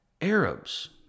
Arabs